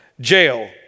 jail